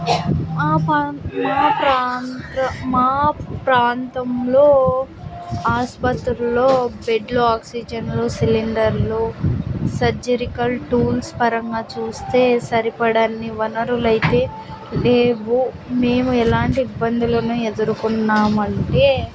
మా ప్ర మా ప్రాంత మా ప్రాంతంలో ఆసుపత్రులో బెడ్లు ఆక్సిజన్లు సిలిండర్లు సర్జరికల్ టూల్స్ పరంగా చూస్తే సరిపడాన్ని వనరులు అయితే లేవు మేము ఎలాంటి ఇబ్బందులను ఎదుర్కొన్నాం అంటే